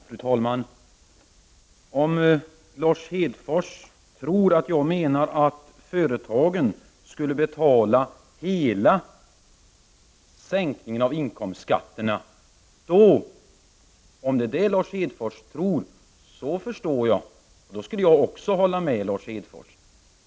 Fru talman! Om Lars Hedfors tror att jag menar att företagen skulle betala hela sänkningen av inkomstskatterna förstår jag hans inställning. I sådant fall skulle jag hålla med Lars Hedfors.